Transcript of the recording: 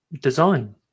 design